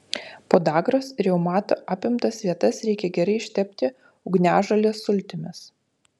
podagros ir reumato apimtas vietas reikia gerai ištepti ugniažolės sultimis